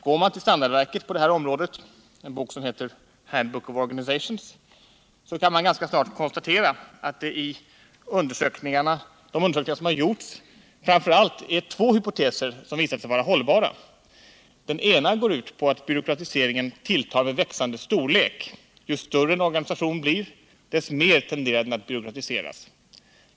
Går man till standardverket på det här området, en bok som heter Handbook of Organizations, kan man ganska snart konstatera att det i de undersökningar som gjorts framför allt är två hypoteser som visat sig vara hållbara. Den ena går ut på att byråkratiseringen tilltar med växande storlek — ju större en organisation blir, desto mer tenderar den att byråkratiseras.